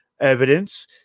Evidence